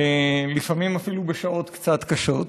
לפעמים אפילו בשעות קצת קשות.